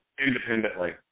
independently